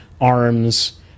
arms